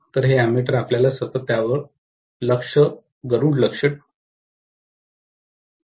तर हे अॅमेटर आपल्याला सतत त्यावर एक गरुडाप्रमाणे बारीक लक्ष ठेवावे लागेल